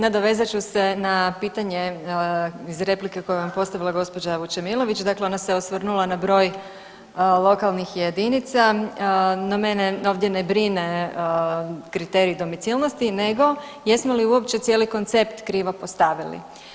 Nadovezat ću se na pitanje iz replike koju vam je postavila gospođa Vučemilović, dakle ona se osvrnula na broj lokalnih jedinica, no mene ovdje ne brine kriterij domicilnosti nego jesmo li uopće cijeli koncept krivo postavili.